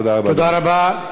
תודה רבה,